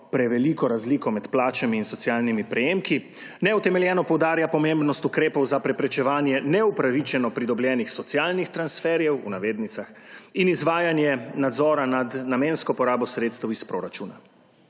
preveliko razliko med plačami in socialnimi prejemki, neutemeljeno poudarja pomembnost ukrepov za preprečevanje neupravičeno pridobljenih socialnih transferjev, v navednicah, in izvajanje nadzora nad namensko porabo sredstev iz proračuna,